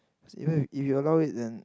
cause even if if you allow it then